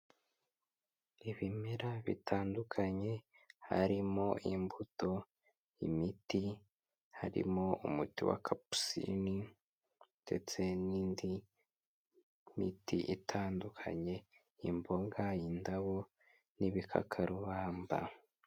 Ibimera bitandukanye harimo imbuto, imiti, harimo umuti wa kapusini ndetse n'indi miti itandukanye, imboga, indabo n'ibikakarubamba.